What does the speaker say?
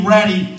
Ready